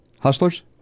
Hustlers